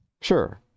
Sure